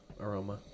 aroma